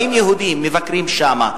באים יהודים, מבקרים שם.